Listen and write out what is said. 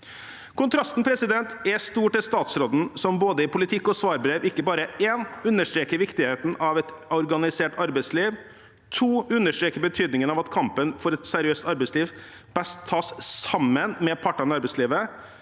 Kontrasten er stor til statsråden, som i både politikk og svarbrev ikke bare understreker viktigheten av et organisert arbeidsliv, og betydningen av at kampen for et seriøst arbeidsliv best tas sammen med partene i arbeidslivet,